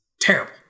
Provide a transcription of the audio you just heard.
terrible